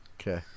Okay